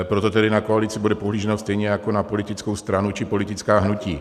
Proto tedy na koalici bude pohlíženo stejně jako na politickou stranu či politická hnutí.